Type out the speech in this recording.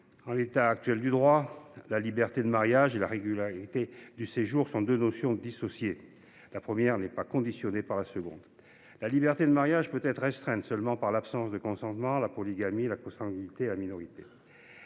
En l’état actuel du droit, la liberté du mariage et la régularité du séjour sont deux notions dissociées. La première n’est pas conditionnée à la seconde. La liberté du mariage peut être restreinte seulement par l’absence de consentement, la polygamie, la consanguinité et la minorité.